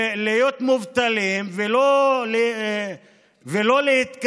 להיות מובטלים ולא להתקיים?